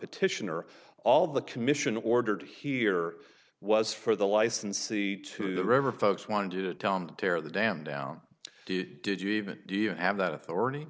the titian or all the commission ordered here was for the licensee to the river folks wanted you to tell them to tear the dam down do you did you even do you have that authority